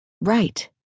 Right